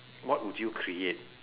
what would you create